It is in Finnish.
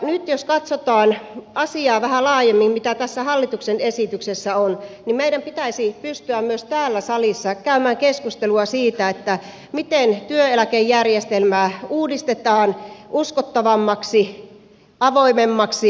nyt jos katsotaan asiaa vähän laajemmin kuin tässä hallituksen esityksessä on niin meidän pitäisi pystyä myös täällä salissa käymään keskustelua siitä miten työeläkejärjestelmää uudistetaan uskottavammaksi avoimemmaksi